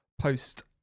post